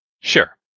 Sure